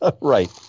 right